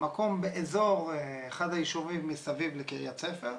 מקום באזור אחד הישובים מסביב לקריית ספר.